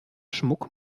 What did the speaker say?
schmuck